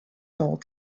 sole